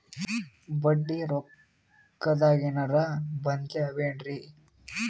ಬಡ್ಡಿ ರೊಕ್ಕದಾಗೇನರ ಬದ್ಲೀ ಅವೇನ್ರಿ?